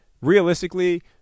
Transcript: realistically